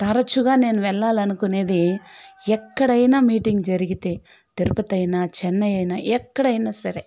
తరచుగా నేను వెళ్ళాలి అనుకునేది ఎక్కడైన మీటింగ్ జరిగితే తిరుపతి అయినా చెన్నైఅయినా ఎక్కడైన సరే